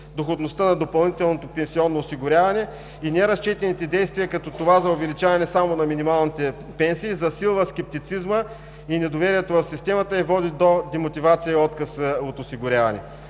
доходността на допълнителното пенсионно осигуряване и неразчетените действия като това за увеличаване само на минималните пенсии, засилва скептицизма и недоверието в системата и води до демотивация и отказ от осигуряване.